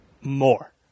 more